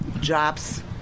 jobs